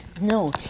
No